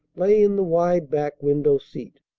lay in the wide back window-seat.